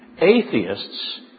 atheists